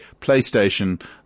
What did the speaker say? PlayStation